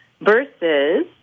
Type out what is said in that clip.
Versus